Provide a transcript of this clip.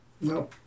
No